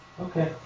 Okay